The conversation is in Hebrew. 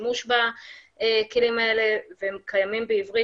שימוש בכלים האלה והם קיימים בעברית.